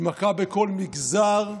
היא מכה בכל מגזר,